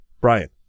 brian